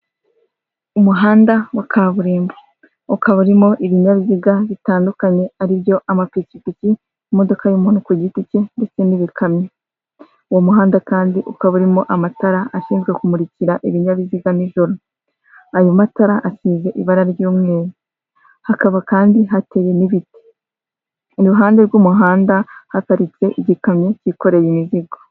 Umuhanda wa kaburimbo ukaba urimo ibinyabiziga bitandukanye, aribyo amapikipiki imodoka y'umuntu ku giti cye ndetse n'ibikamyo, uwo muhanda kandi ukaba urimo amatara ashinzwe kumurikira ibinyabiziga nijoro, ayo matara asize ibara ry'umweru, hakaba kandi hateye n'ibiti, iruhande rw'umuhanda haparitse igikamyo kikoreye imizigo.